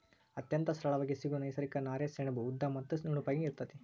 ಅತ್ಯಂತ ಸರಳಾಗಿ ಸಿಗು ನೈಸರ್ಗಿಕ ನಾರೇ ಸೆಣಬು ಉದ್ದ ಮತ್ತ ನುಣುಪಾಗಿ ಇರತತಿ